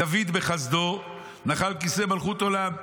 דוד בחסדו נחל כיסא מלכות עולם.